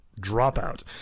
Dropout